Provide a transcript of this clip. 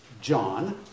John